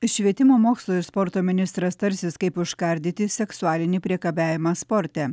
švietimo mokslo ir sporto ministras tarsis kaip užkardyti seksualinį priekabiavimą sporte